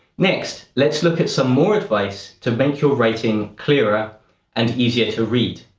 next, let's look at some more advice to make your writing clearer and easier to read.